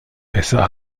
besser